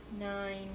nine